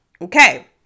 Okay